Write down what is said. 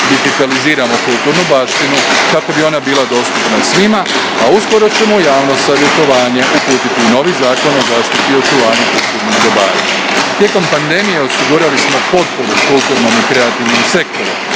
Digitaliziramo kulturnu baštinu kako bi ona bila dostupna svima, a uskoro ćemo u javno savjetovanje uputiti i novi Zakon o zaštiti i očuvanju kulturnih dobara. Tijekom pandemije osigurali smo potporu kulturnom i kreativnom sektoru.